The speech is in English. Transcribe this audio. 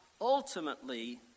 ultimately